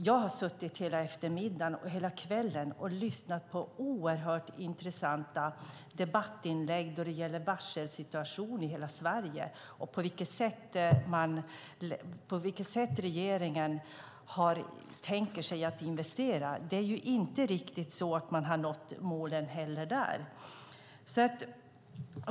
Jag har suttit hela eftermiddagen och kvällen och lyssnat på oerhört intressanta debattinlägg när det gäller varselsituationen i hela Sverige och på vilket sätt regeringen tänker sig att investera. Det är inte riktigt så att man har nått målen där heller.